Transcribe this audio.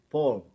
Paul